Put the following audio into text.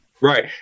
Right